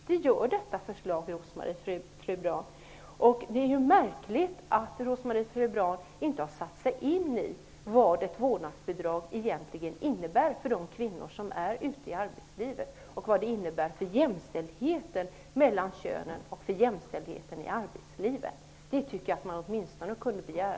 Det gör detta förslag, Det är också märkligt att Rose-Marie Frebran inte har satt sig in i vad ett vårdnadsbidrag egentligen innebär för de kvinnor som är ute i arbetslivet eller vad det innebär för jämställdheten mellan könen och jämställdheten i arbetslivet. Det tycker jag är det minsta man kunde begära.